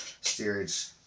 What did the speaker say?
steerage